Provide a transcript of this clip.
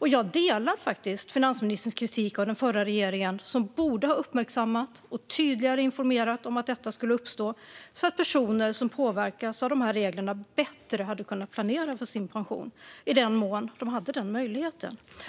Jag delar faktiskt finansministerns kritik av den förra regeringen som borde ha uppmärksammat och tydligare informerat om att detta skulle uppstå, så att personer som påverkas av dessa regler hade kunnat planera bättre för sin pension i den mån de hade denna möjlighet.